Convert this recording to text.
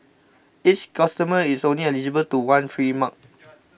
each customer is only eligible to one free mug